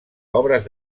obres